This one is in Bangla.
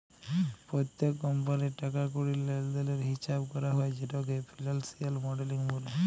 প্যত্তেক কমপালির টাকা কড়ির লেলদেলের হিচাব ক্যরা হ্যয় যেটকে ফিলালসিয়াল মডেলিং ব্যলে